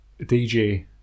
DJ